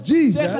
Jesus